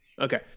Okay